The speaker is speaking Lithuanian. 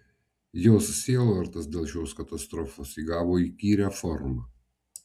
jos sielvartas dėl šios katastrofos įgavo įkyrią formą